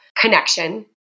connection